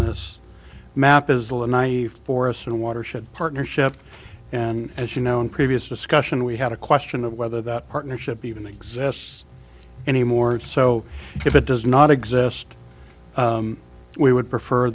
the naive forests and watershed partnership and as you know in previous discussion we had a question of whether that partnership even exists anymore so if it does not exist we would prefer